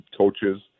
coaches